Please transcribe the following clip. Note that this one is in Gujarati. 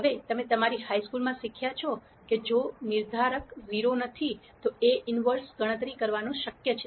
હવે તમે તમારી હાઇ સ્કૂલ માં શીખ્યા છો કે જો નિર્ધારક 0 નથી તો A 1 ગણતરી કરવાનું શક્ય છે